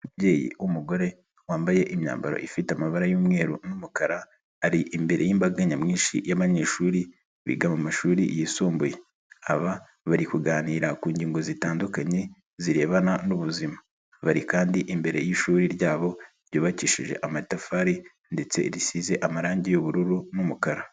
Umubyeyi w'umugore wambaye imyambaro ifite amabara y'umweru n'umukara, ari imbere y'imbaga nyamwinshi y'abanyeshuri biga mu mashuri yisumbuye, aba bari kuganira ku ngingo zitandukanye zirebana n'ubuzima, bari kandi imbere y'ishuri ryabo ryubakishije amatafari ndetse risize amarangi y'ubururu n'umukara.